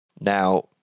Now